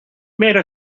made